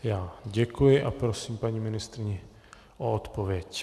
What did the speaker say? Já děkuji a prosím paní ministryni o odpověď.